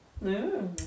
No